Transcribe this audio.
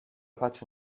faccia